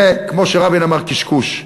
זה, כמו שרבין אמר, קשקוש.